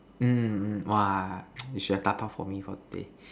mm !wah! you should have Dabao for me for the day